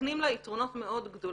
מקנים לה יתרונות מאוד גדולים.